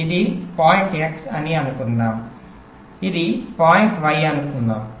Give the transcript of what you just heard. ఇది point x అని అనుకుందాము ఇది పాయింట్ y అని అనుకుందాము